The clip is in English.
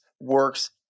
works